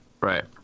right